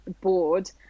bored